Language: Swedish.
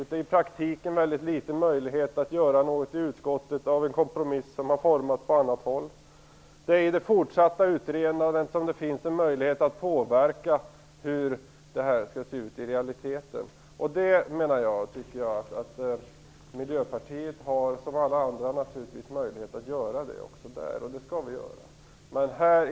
Det finns i praktiken väldigt små möjligheter att göra något i utskottet när det gäller en kompromiss som har formats på annat håll. Det är i det fortsatta utredandet som det finns en möjlighet att påverka hur det här i realiteten skall kunna utformas. Miljöpartiet har naturligtvis som alla andra partier möjlighet att göra detta, och det skall vi också göra.